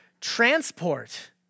transport